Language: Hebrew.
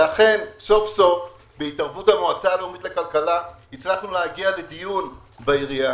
ואכן סוף סוף בהתערבות המועצה הלאומית לכלכלה הגענו להגיע לדיון בעירייה